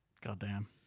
Goddamn